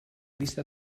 vista